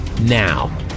Now